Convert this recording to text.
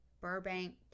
Burbank